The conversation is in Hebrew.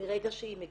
מרגע שהאישה מגיעה,